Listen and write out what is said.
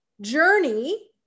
journey